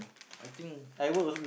I think